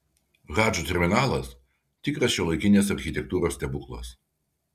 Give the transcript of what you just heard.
hadžo terminalas tikras šiuolaikinės architektūros stebuklas